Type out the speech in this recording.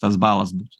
tas balas bus